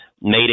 made